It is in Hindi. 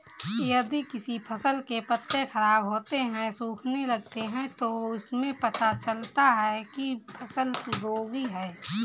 यदि किसी फसल के पत्ते खराब होते हैं, सूखने लगते हैं तो इससे पता चलता है कि फसल रोगी है